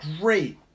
great